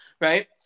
right